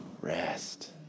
rest